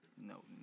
No